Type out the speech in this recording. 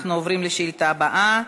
אנחנו עוברים לשאילתה הבאה.